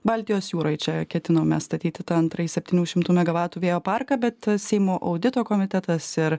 baltijos jūroj čia ketinome statyti tą antrąjį septynių šimtų megavatų vėjo parką bet seimo audito komitetas ir